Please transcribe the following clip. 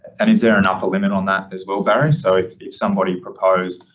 and is there an upper limit on that as well, barry? so if, if somebody proposed,